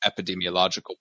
epidemiological